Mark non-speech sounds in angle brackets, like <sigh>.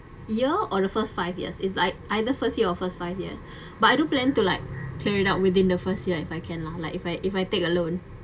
year or the first five years it's like either first year or first five years <breath> but I do plan to like clear it out within the first year if I can lah like if I if I take a loan